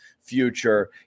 future